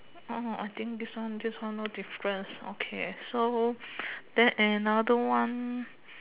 I think this one this one no difference okay so then another one